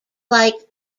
like